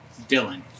Dylan